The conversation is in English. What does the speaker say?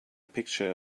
picture